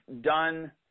done